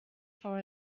for